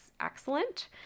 excellent